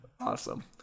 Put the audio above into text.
Awesome